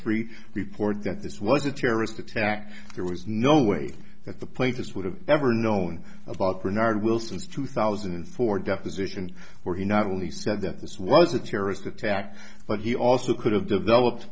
three report that this was a terrorist attack there was no way that the places would have ever known about bernard wilson's two thousand and four deficit where he not only said that this was a terrorist attack but he also could have developed